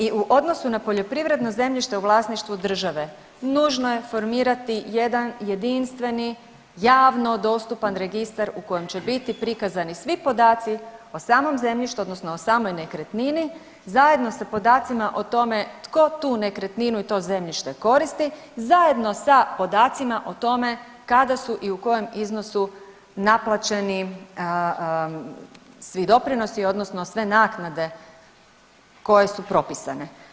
I u odnosu na poljoprivredno zemljište u vlasništvu države nužno je formirati jedan jedinstveni javno dostupan registar u kojem će biti prikazani svi podaci o samom zemljištu, odnosno o samoj nekretnini zajedno sa podacima o tome tko tu nekretninu i to zemljište koristi zajedno sa podacima o tome kada su i u kojem iznosu naplaćeni svi doprinosi, odnosno sve naknade koje su propisane.